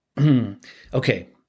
okay